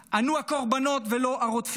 אנו הקורבנות ולא הרודפים.